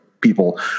people